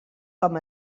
com